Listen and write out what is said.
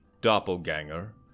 Doppelganger